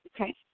Okay